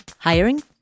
Hiring